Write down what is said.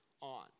on